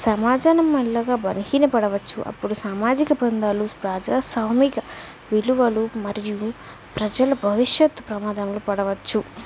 సమాజం మెల్లగా బలిహీన పడవచ్చు అప్పుడు సామాజిక బంధాలు ప్రజాస్వామిక విలువలు మరియు ప్రజల భవిష్యత్తు ప్రమాదంలో పడవచ్చు